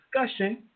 discussion